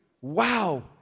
wow